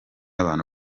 abantu